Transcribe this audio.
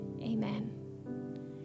amen